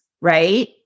right